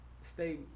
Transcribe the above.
stay